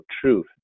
truth